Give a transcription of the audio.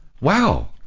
Wow